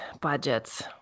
budgets